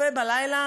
צופה בלילה